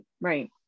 right